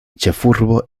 ĉefurbo